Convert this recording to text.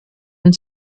den